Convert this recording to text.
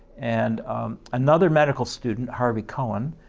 and another medical student, harvey cohen,